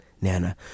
Nana